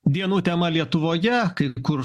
dienų tema lietuvoje kai kur